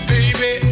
Baby